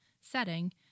setting